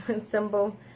symbol